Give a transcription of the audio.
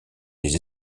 les